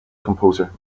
composer